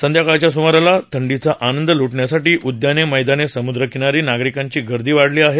संध्याळच्या सुमाराला थंडीचा आनंद ल्टण्यासाठी उद्याने मैदाने समुद्र किनारी नागरिकांची गर्दी वाढली आहे